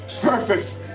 Perfect